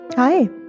Hi